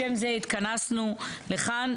לשם זה התכנסנו לכאן.